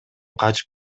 качып